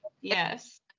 yes